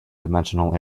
dimensional